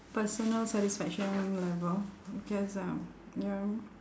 personal satisfaction level because um ya